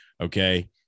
Okay